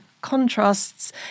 contrasts